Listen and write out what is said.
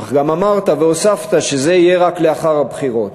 אך גם אמרת והוספת שזה יהיה רק לאחר הבחירות.